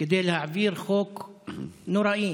כדי להעביר חוק נוראי.